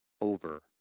over